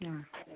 ആ